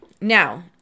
Now